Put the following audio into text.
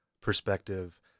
perspective